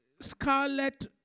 scarlet